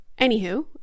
Anywho